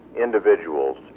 individuals